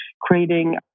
creating